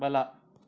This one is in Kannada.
ಬಲ